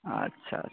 ᱟᱪᱷᱟ ᱟᱪᱷᱟ